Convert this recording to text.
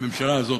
הממשלה הזאת,